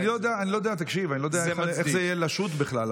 אני לא יודע איך זה יהיה לשוט בכלל,